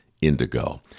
indigo